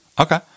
Okay